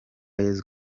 yesu